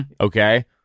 okay